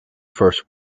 first